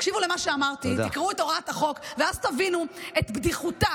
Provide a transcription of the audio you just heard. תקשיבו למה שאמרתי: תקראו את הוראת החוק ואז תבינו את בדיחותה